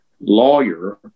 lawyer